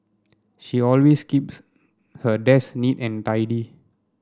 she always keeps her desk neat and tidy